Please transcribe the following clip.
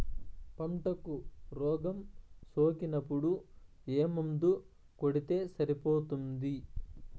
పంటకు రోగం సోకినపుడు ఏ మందు కొడితే సరిపోతుంది?